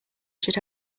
should